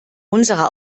unsere